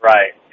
Right